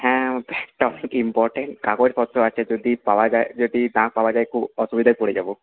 হ্যাঁ অনেক ইম্পর্ট্যান্ট কাগজপত্র আছে যদি পাওয়া যায় যদি না পাওয়া যায় খুব অসুবিধায় পড়ে যাবো